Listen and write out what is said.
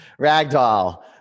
Ragdoll